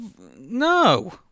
no